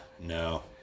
no